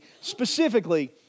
specifically